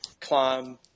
climb